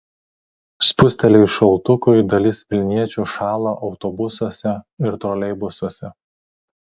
spustelėjus šaltukui dalis vilniečių šąla autobusuose ir troleibusuose